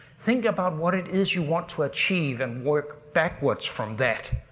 think about what it is you want to achieve and work backwards from that.